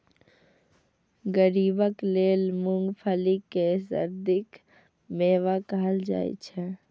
गरीबक लेल मूंगफली कें सर्दीक मेवा कहल जाइ छै